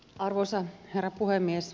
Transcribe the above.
arvoisa herra puhemies